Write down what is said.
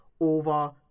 over